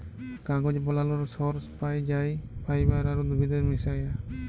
কাগজ বালালর সর্স পাই যাই ফাইবার আর উদ্ভিদের মিশায়া